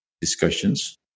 discussions